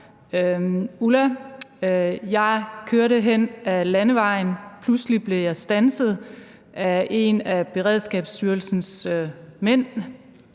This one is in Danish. Ulla, jeg kørte hen ad landevejen. Pludselig blev jeg standset af en af Beredskabsstyrelsens mænd.